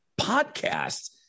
Podcasts